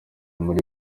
muri